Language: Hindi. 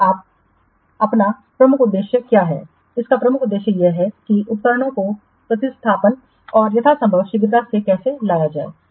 फिर अब आपका प्रमुख उद्देश्य क्या है इसका प्रमुख उद्देश्य यह है कि उपकरणों को प्रतिस्थापन और यथासंभव शीघ्रता से कैसे लाया जाए